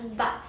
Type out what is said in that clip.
mm